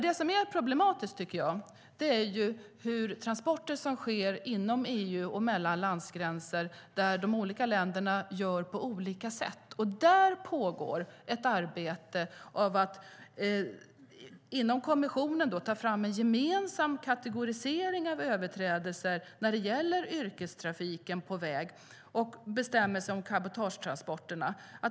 Det som är problematiskt är transporter som sker inom EU och mellan landgränser där de olika länderna gör på olika sätt. Där pågår ett arbete med att inom kommissionen ta fram en gemensam kategorisering av överträdelser när det gäller yrkestrafiken på väg och bestämmelser om cabotagetransporterna.